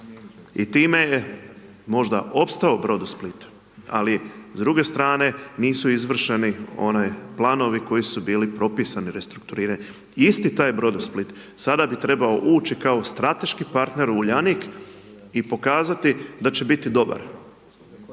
I time je možda opstao Brodosplit, ali s druge strane, nisu izvršeni oni planovi koji su bili propisani restrukturiranjem. Isti taj Brodosplit, sada bi trebao ući kao strateški partner u Uljanik i pokazati da će biti dobar.